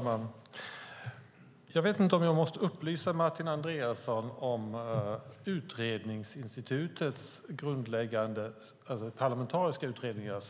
Fru talman! Jag vet inte om jag måste upplysa Martin Andreasson om det grundläggande systemet för parlamentariska utredningar.